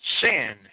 sin